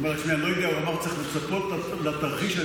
היא אומרת לו: אתה תגיד לי כאן ועכשיו מה אמר הרופא.